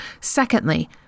Secondly